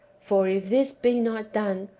for, if this be not done,